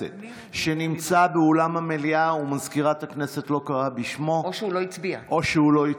שנמצא באולם המליאה ומזכירת הכנסת לא קראה בשמו או שהוא לא הצביע?